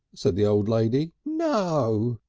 said the old lady. no!